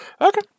Okay